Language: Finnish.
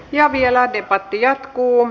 ja vielä debatti jatkuu